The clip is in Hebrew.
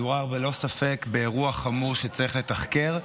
מדובר ללא ספק באירוע חמור שצריך לתחקר.